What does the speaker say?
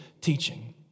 teaching